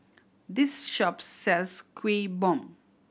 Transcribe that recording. this shop sells Kuih Bom